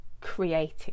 creating